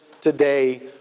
today